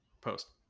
post